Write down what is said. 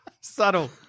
Subtle